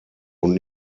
und